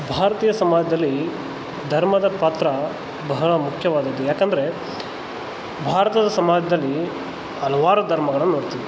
ಭಾರತೀಯ ಸಮಾಜದಲ್ಲಿ ಧರ್ಮದ ಪಾತ್ರ ಬಹಳ ಮುಖ್ಯವಾದದ್ದು ಯಾಕಂದರೆ ಭಾರತದ ಸಮಾಜದಲ್ಲಿ ಹಲವಾರು ಧರ್ಮಗಳನ್ ನೋಡ್ತೀವಿ